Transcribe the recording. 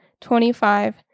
twenty-five